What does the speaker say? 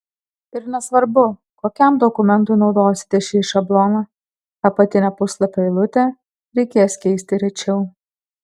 ir nesvarbu kokiam dokumentui naudosite šį šabloną apatinę puslapio eilutę reikės keisti rečiau